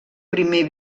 primer